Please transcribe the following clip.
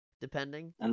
depending